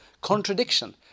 contradiction